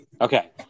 Okay